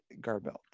Garbelt